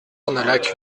ornolac